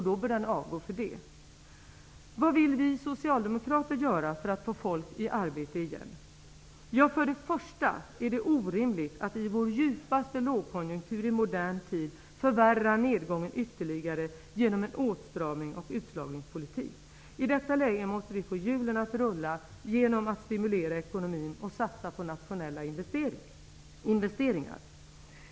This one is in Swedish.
Då bör den avgå för det. För det första är det orimligt att i vår djupaste lågkonjunktur i modern tid förvärra nedgången ytterligare genom en åtstramnings och utslagningspolitik. I detta läge måste vi få hjulen att rulla genom att stimulera ekonomin och satsa på nationella investeringar.